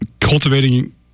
cultivating